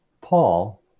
Paul